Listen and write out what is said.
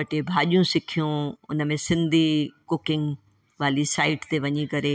ॿ टे भाॼियूं सिखियूं हुन में सिंधी कुकिंग वाली साइट ते वञी करे